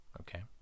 Okay